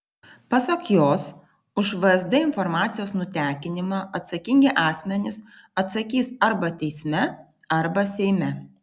pasak jos už vsd informacijos nutekinimą atsakingi asmenys atsakys arba teisme arba seime